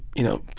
you know,